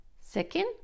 Second